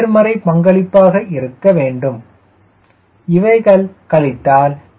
நேர்மறை பங்களிப்பாக இருக்க வேண்டும் இவைகள் கழித்தல் 0